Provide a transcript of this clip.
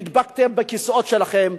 נדבקתם בכיסאות שלכם.